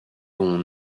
ont